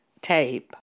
tape